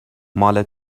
مال